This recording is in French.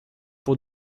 pour